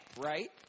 right